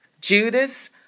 Judas